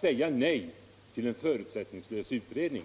säger nej till en förutsättningslös utredning tycker jag är majoritetens stora svaghet.